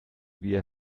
wir